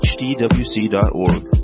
hdwc.org